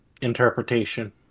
interpretation